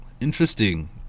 interesting